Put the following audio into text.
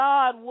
God